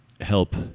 help